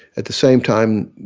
at the same time,